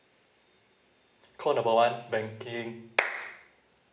called number one banking